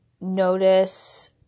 notice